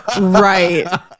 Right